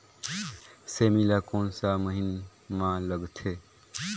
सेमी ला कोन सा महीन मां लगथे?